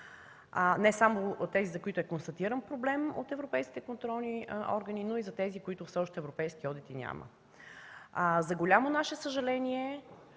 не само тези, за които е констатиран проблем от европейските контролни органи, но и за тези, за които все още европейски одити няма. За голямо наше съжаление,